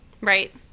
Right